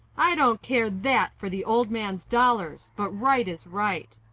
i don't care that for the old man's dollars, but right is right.